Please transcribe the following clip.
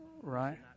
Right